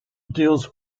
deals